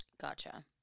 Gotcha